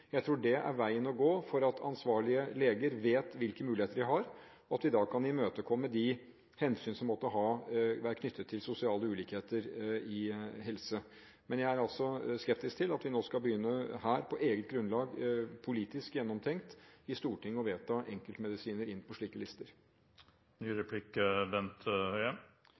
Jeg tror det er veien å gå for at ansvarlige leger skal vite hvilke muligheter de har, og at vi da kan imøtekomme de hensyn som måtte være knyttet til sosiale ulikheter i helsesektoren. Men jeg er skeptisk til at vi nå her i Stortinget, på eget grunnlag og politisk gjennomtenkt, skal begynne å vedta enkeltmedisiner inn på slike lister.